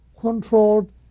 controlled